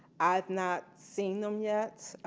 i have not seen them yet.